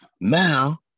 Now